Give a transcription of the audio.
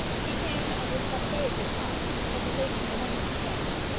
he came, and in such very good time that the ladies were none of them dressed.